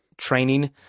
training